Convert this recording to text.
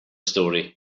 story